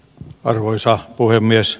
arvoisa puhemies